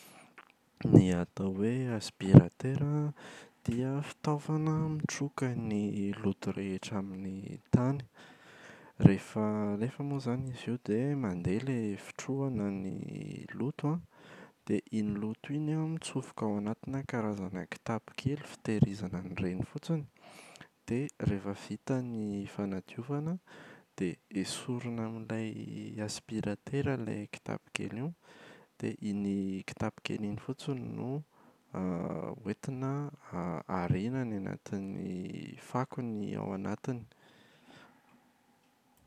Ny atao hoe aspiratera dia fitaovana mitroka ny loto rehetra amin’ny tany. Rehefa alefa moa izany izy io dia mandeha ilay fitrohana ny loto an, dia iny loto iny an mitsofoka ao anatinà karazana kitapo kely fitehirizana an’ireny fotsiny. Dia rehefa vita ny fanadiovana an, dia esorina amin’ilay aspiratera ilay kitapo kely io dia iny kitapo kely iny fotsiny no hoentina ariana any anatin’ny fako ny ao anatiny.